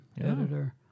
editor